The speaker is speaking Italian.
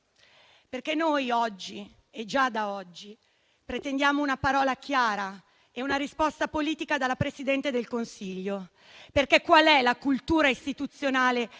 perché noi già oggi pretendiamo una parola chiara e una risposta politica dal Presidente del Consiglio. Qual è la cultura istituzionale